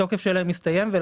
התוקף נסתיים.